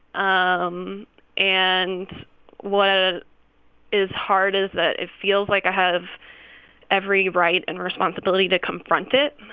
um and what ah is hard is that it feels like i have every right and responsibility to confront it